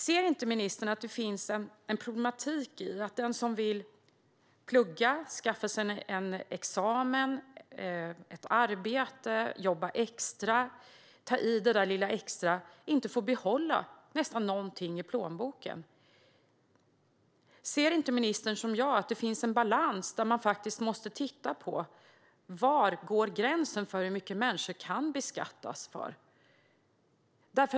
Ser inte ministern att det finns en problematik i att den som vill plugga, skaffa sig en examen, ett arbete och jobba extra, ta i det där lilla extra, inte får behålla nästan någonting i plånboken? Ser inte ministern, som jag, att man måste titta på var gränsen går för hur mycket människor kan beskattas?